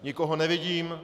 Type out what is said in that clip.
Nikoho nevidím.